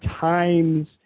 times